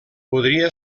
podria